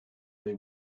they